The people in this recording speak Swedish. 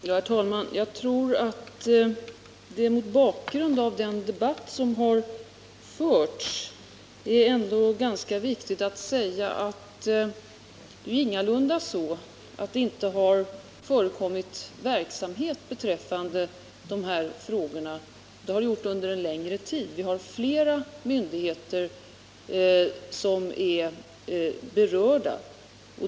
Herr talman! Jag tror att det mot bakgrund av den debatt som har förts är ganska viktigt att säga att det ju ingalunda är så att det inte har förekommit verksamhet beträffande de här frågorna. Det har det gjort under en längre tid, och det är flera myndigheter som är berörda.